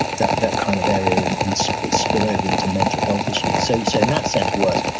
that that kind of area and and so its spillover into mental health issues. so, so in that sense, worse.